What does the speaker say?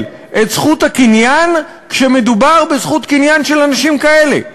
את זכות הקניין כשמדובר בזכות קניין של אנשים כאלה.